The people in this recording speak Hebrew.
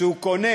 שבו הוא קונה,